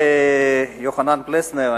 יוחנן פלסנר,